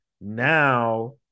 now